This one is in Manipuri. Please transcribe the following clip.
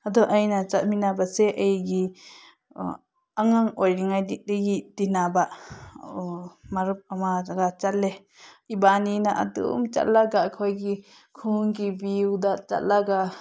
ꯑꯗꯣ ꯑꯩꯅ ꯆꯠꯃꯤꯟꯅꯕꯁꯦ ꯑꯩꯒꯤ ꯑꯉꯥꯡ ꯑꯣꯏꯔꯤꯉꯩꯗꯒꯤ ꯇꯤꯟꯅꯕ ꯃꯔꯨꯞ ꯑꯃꯗꯨꯒ ꯆꯠꯂꯦ ꯏꯕꯥꯟꯅꯤꯅ ꯑꯗꯨꯝ ꯆꯠꯂꯒ ꯑꯩꯈꯣꯏꯒꯤ ꯈꯨꯟꯒꯤ ꯕ꯭ꯌꯨꯗ ꯆꯠꯂꯒ